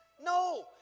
No